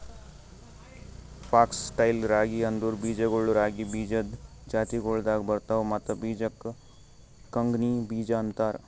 fox tail ರಾಗಿ ಅಂದುರ್ ಬೀಜಗೊಳ್ ರಾಗಿ ಬೀಜದ್ ಜಾತಿಗೊಳ್ದಾಗ್ ಬರ್ತವ್ ಮತ್ತ ಬೀಜಕ್ ಕಂಗ್ನಿ ಬೀಜ ಅಂತಾರ್